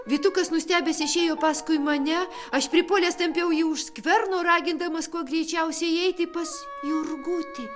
vytukas nustebęs išėjo paskui mane aš pripuolęs tempiau jį už skverno ragindamas kuo greičiausiai įeiti pas jurgutį